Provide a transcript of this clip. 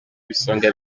ibisonga